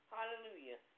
Hallelujah